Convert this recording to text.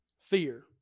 Fear